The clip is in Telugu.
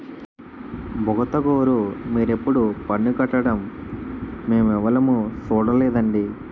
బుగతగోరూ మీరెప్పుడూ పన్ను కట్టడం మేమెవులుమూ సూడలేదండి